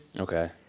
Okay